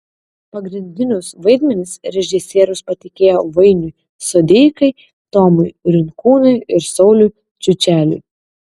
pagrindinius vaidmenis režisierius patikėjo vainiui sodeikai tomui rinkūnui ir sauliui čiučeliui